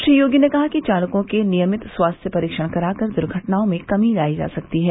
श्री योगी ने कहा कि चालकों के नियमित स्वास्थ्य परीक्षण करा के दुर्घटनाओं में कमी लायी जा सकती है